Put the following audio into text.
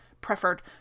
preferred